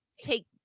take